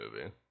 movie